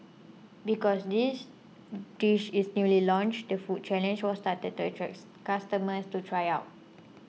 because this dish is newly launched the food challenge was started to customers to try it